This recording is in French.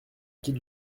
qu’il